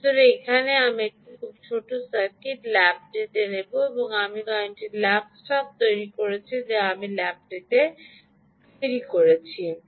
সুতরাং এখানে আমি একটি খুব ছোট সার্কিট আমি ল্যাবটিতে আমার কয়েকটি ল্যাব স্টাফ তৈরি করেছি যা আমি ল্যাবটিতে তৈরি করেছি